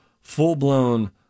full-blown